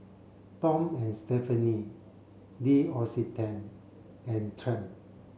Tom and Stephanie L'Occitane and Triumph